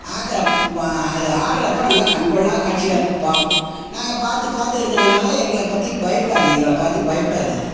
ஆக்கறப் பா அது ஆடுறப்போ நல்லா கண்கொள்ளாக் காட்சியாக இருக்கும் பார்ப்போம் நாங்கள் பார்த்து பார்த்து இருக்கிறதுனால எங்களை பற்றி பயப்படாது எங்களை பார்த்து பயப்படாது அது